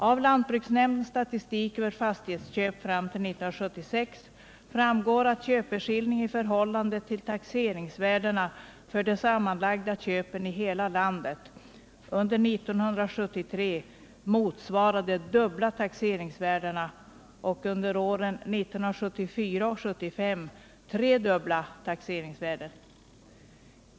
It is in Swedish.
Av lantbruksnämndens statistik över fastighetsköp fram till 1976 framgår att köpeskillingen i förhållande till taxeringsvärdena för de sammanlagda köpen i hela landet under 1973 motsvarade dubbla taxeringsvärdena och under åren 1974 och 1975 tredubbla taxeringsvärdena.